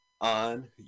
on